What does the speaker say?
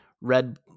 red